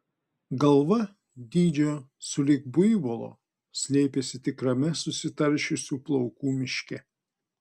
galva dydžio sulig buivolo slėpėsi tikrame susitaršiusių plaukų miške